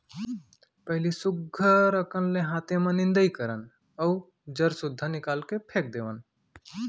पहिली सुग्घर अकन ले हाते म निंदई करन अउ जर सुद्धा निकाल के फेक देवन